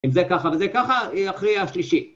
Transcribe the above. אם זה ככה וזה ככה, אחרי השלישי.